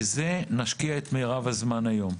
בזה נשקיע את מירב הזמן היום.